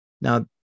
Now